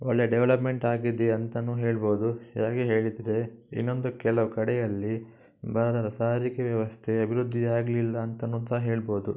ಒಳ್ಳೆಯ ಡೆವಲಪ್ಮೆಂಟ್ ಆಗಿದೆ ಅಂತಾನೂ ಹೇಳ್ಬೌದು ಹೇಗೆ ಹೇಳಿದರೆ ಇನ್ನೊಂದು ಕೆಲವು ಕಡೆಯಲ್ಲಿ ಭಾರತದ ಸಾರಿಗೆ ವ್ಯವಸ್ಥೆ ಅಭಿವೃದ್ಧಿ ಆಗಲಿಲ್ಲ ಅಂತಾನೂ ಸಹ ಹೇಳ್ಬೌದು